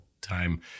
time